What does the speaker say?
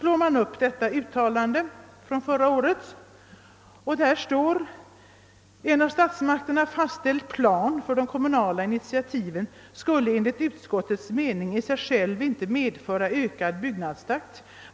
Slår man upp detta utlåtande finner man att det där heter: »En av statsmakterna fastställd plan för de kommunala initiativen skul Ile enligt utskottets mening i sig själv inte medföra en ökad byggnadstakt.